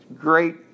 great